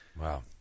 Wow